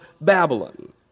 Babylon